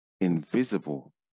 invisible